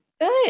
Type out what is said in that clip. Good